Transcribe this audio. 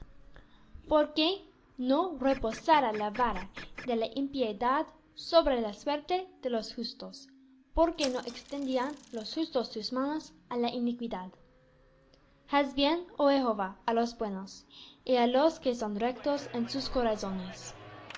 porque no reposará la vara de la impiedad sobre la suerte de los justos porque no extiendan los justos sus manos á la iniquidad haz bien oh jehová á los buenos y á los que son rectos en sus corazones